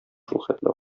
шулхәтле